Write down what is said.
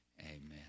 Amen